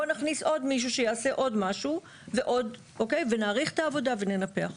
בוא נכניס עוד מישהו שיעשה עוד משהו ונאריך את העבודה וננפח אותה".